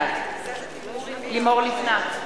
בעד לימור לבנת,